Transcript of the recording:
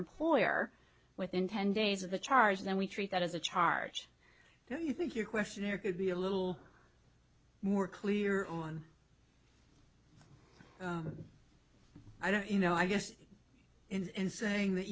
employer within ten days of the charge then we treat that as a charge do you think your questionnaire could be a little more clear on i don't you know i guess in saying that